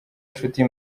nshuti